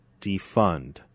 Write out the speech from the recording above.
defund